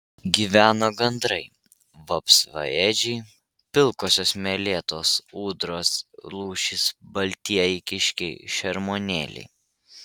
gyvena gandrai vapsvaėdžiai pilkosios meletos ūdros lūšys baltieji kiškiai šermuonėliai